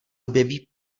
objeví